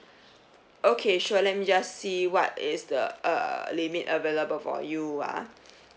okay sure let me just see what is the uh limit available for you ah